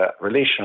relation